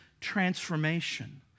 transformation